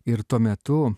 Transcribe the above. ir tuo metu